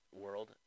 world